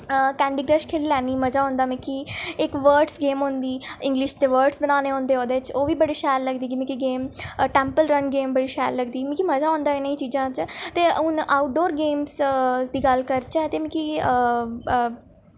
candy Crush खेढी लैन्नी मजा औंदा मिकी इक वर्ड्स गेम होंदी इंग्लिश दे वर्ड्स बनाने होंदे ओह्दे च ओह् बी बड़ी शैल लगदी की मिकी गेम टैम्पल रन गेम बड़ी शैल लगदी मिकी मजा औंदा इनें चीजें च ते हून आउटडोर गेमें दी गल्ल करचै ते मिकी